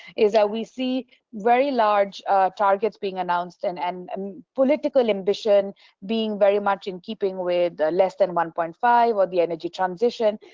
is that we see very large targets being announced, and and um political ambition being very much in keeping with less than one point five or the energy transition,